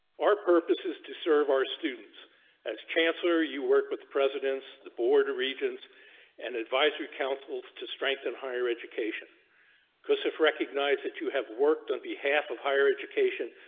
our purpose is to serve our students as chancellor you work with the president's the border regions an advisory councils to strengthen higher education cossypha recognize that you have worked on behalf of higher education.